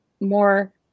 more